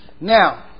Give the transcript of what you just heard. Now